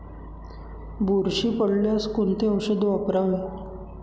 बुरशी पडल्यास कोणते औषध वापरावे?